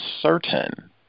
certain